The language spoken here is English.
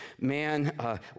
man